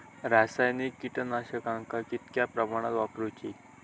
रासायनिक कीटकनाशका कितक्या प्रमाणात वापरूची?